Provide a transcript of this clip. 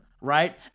right